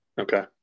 Okay